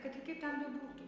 kad ir kaip ten bebūtų